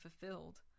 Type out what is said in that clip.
fulfilled